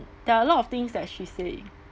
there are a lot of things that she say